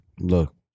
Look